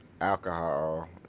Alcohol